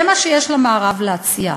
זה מה יש למערב להציע.